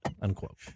Unquote